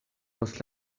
post